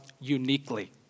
uniquely